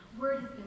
Word